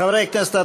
חברי הכנסת,